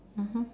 mmhmm